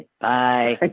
Bye